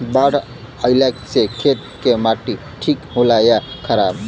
बाढ़ अईला से खेत के माटी ठीक होला या खराब?